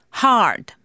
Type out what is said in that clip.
hard